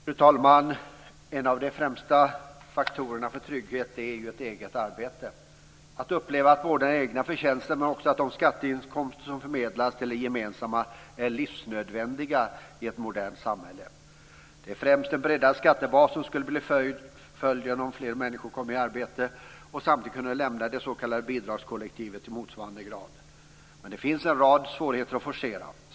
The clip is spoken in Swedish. Fru talman! En av de främsta faktorerna för trygghet är ett eget arbete. Man upplever att både den egna förtjänsten och de skatteinkomster som förmedlas till det gemensamma är livsnödvändiga i ett modernt samhälle. Det är främst en breddad skattebas som skulle bli följden om fler människor kom i arbete och samtidigt kunde lämna det s.k. bidragskollektivet i motsvarande grad. Men det finns en rad svårigheter att forcera.